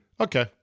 okay